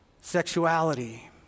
sexuality